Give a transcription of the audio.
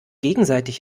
gegenseitig